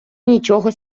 нічого